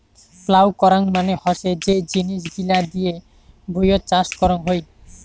plough করাং মানে হসে যে জিনিস গিলা দিয়ে ভুঁইয়ত চাষ করং হই